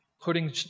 Putting